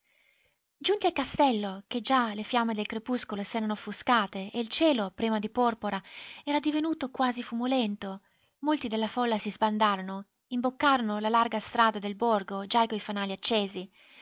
giunti al castello che già le fiamme del crepuscolo s'erano offuscate e il cielo prima di porpora era divenuto quasi fumolento molti della folla si sbandarono imboccarono la larga strada del borgo già coi fanali accesi